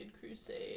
crusade